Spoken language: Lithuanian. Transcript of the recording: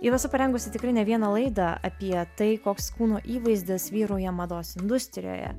ir esu parengusi tikrai ne vieną laidą apie tai koks kūno įvaizdis vyrauja mados industrijoje